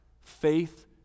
Faith